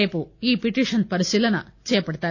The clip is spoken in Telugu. రేపు ఈ పిటీషన్ పరిశీలన చేపడతారు